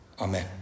Amen